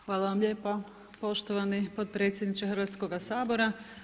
Hvala vam lijepa poštovani potpredsjedniče Hrvatskoga sabora.